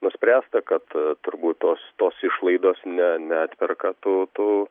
nuspręsta kad turbūt tos tos išlaidos ne neatperka tų tų